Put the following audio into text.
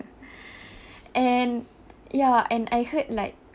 and ya and I heard like